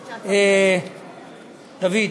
דוד?